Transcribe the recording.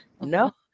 no